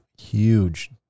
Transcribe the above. huge